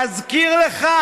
להזכיר לך?